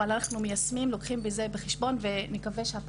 אנחנו מיישמים ולוקחים את זה בחשבון.